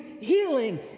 healing